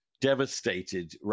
devastated